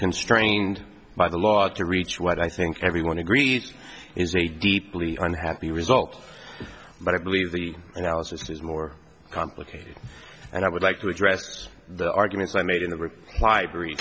constrained by the law to reach what i think everyone agreed is a deeply unhappy result but i believe the analysis is more complicated and i would like to address the arguments i made in the